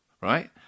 right